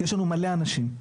יש לנו מלא אנשים.